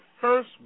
first